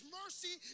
mercy